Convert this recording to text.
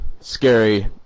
scary